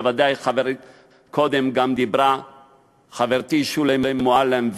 קודם גם דיברה חברתי שולי מועלם,